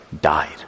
died